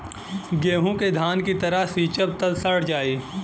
गेंहू के धान की तरह सींचब त सड़ जाई